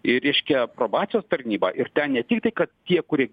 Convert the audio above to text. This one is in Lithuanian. ir reiškia probacijos tarnyba ir ten ne tiktai kad tie kurie